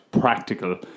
practical